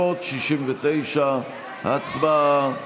369. הצבעה.